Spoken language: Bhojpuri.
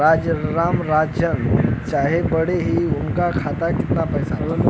राजाराम जानल चाहत बड़े की उनका खाता में कितना पैसा बा?